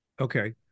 Okay